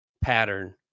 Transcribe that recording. pattern